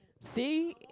See